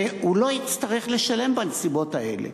והוא לא יצטרך לשלם בנסיבות האלה.